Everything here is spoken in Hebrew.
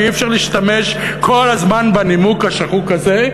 ואי-אפשר להשתמש כל הזמן בנימוק השחוק הזה,